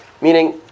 Meaning